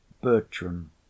Bertram